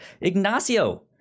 Ignacio